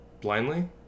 blindly